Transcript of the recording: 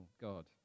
God